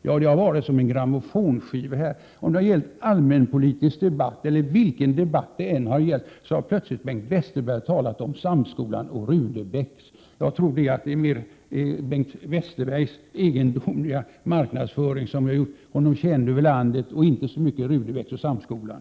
Ja, det har låtit som en grammofonskiva. Vare sig det har rört sig om en allmänpolitisk debatt eller vilken annan debatt som helst så har Bengt Westerberg plötsligt talat om Samskolan och Sigrid Rudebecks gymnasium. Jag tror att det mest är Bengt Westerbergs egendom liga marknadsföring som har gjort honom känd över landet och inte så mycket Sigrid Rudebecks gymnasium och Samskolan.